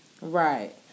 right